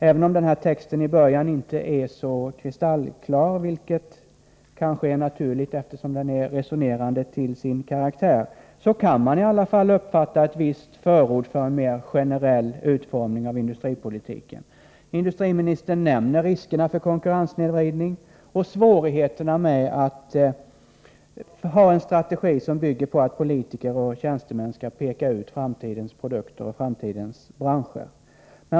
Även om texten i början inte är så kristallklar, vilket kanske är naturligt, eftersom den är resonerande till sin karaktär, kan man i alla fall uppfatta ett visst förord för en mer generell utformning av industripolitiken. Industriministern nämner riskerna för konkurrenssnedvridning och svårigheterna med att ha en strategi, som bygger på att politiker och tjänstemän skall peka ut framtidens produkter och branscher.